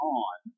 on